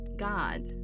God